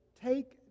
take